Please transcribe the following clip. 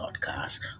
podcast